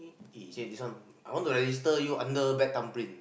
you say this one I want to register you under bad thumbprint